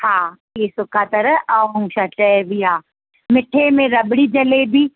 हा इहे सुका तर ऐं छा चइबी आ मिठे में रबड़ी जलेबी